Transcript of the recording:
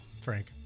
Frank